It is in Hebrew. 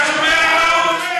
נמאסתם.